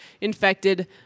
Infected